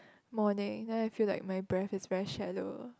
morning then I feel like my breath is very shallow